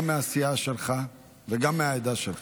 גם מהסיעה שלך וגם מהעדה שלך.